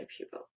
people